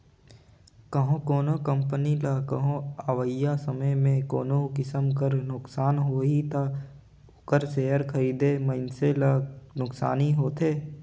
कहों कोनो कंपनी ल कहों अवइया समे में कोनो किसिम कर नोसकान होही ता ओकर सेयर खरीदे मइनसे ल नोसकानी होथे